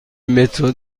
مترو